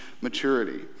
maturity